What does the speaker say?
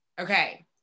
Okay